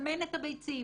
לסמן את הביצים